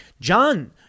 John